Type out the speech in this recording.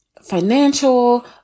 financial